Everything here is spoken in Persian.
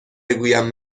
بگویم